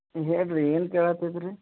ಹ್ಞೂ ಹೇಳಿ ರೀ ಏನು ಕೇಳಾತಿದು ರೀ